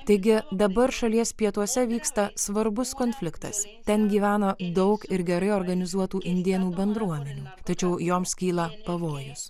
taigi dabar šalies pietuose vyksta svarbus konfliktas ten gyvena daug ir gerai organizuotų indėnų bendruomenių tačiau joms kyla pavojus